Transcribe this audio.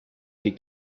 que